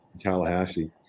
tallahassee